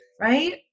right